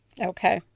Okay